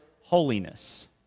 holiness